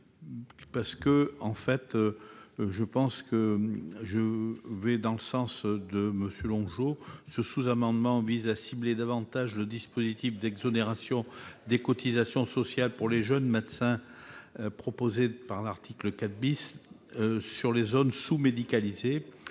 semble que l'ensemble du dispositif va dans le sens de M. Longeot. Ce sous-amendement vise à cibler davantage le mécanisme d'exonération de cotisations sociales pour les jeunes médecins, proposé à l'article 4 , sur les zones sous-médicalisées.